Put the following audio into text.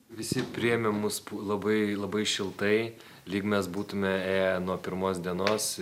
visi priėmė mus labai labai šiltai lyg mes būtume ėję nuo pirmos dienos